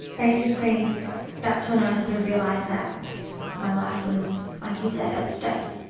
basically that's when i sort of realised that my life was, like you said, at stake.